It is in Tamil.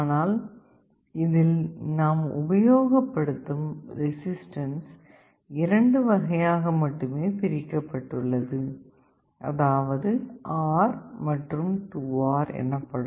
ஆனால் இதில் நாம் உபயோகப்படுத்தும் ரெசிஸ்டன்ஸ் இரண்டு வகையாக மட்டுமே பிரிக்கப்பட்டுள்ளது அதாவது R மற்றும் 2 R எனப்படும்